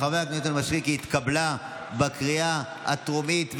לוועדת החוקה,